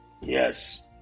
Yes